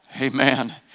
Amen